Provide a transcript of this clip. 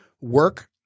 work